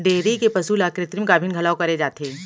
dairy के पसु ल कृत्रिम गाभिन घलौ करे जाथे